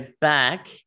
back